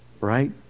right